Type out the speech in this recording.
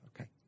Okay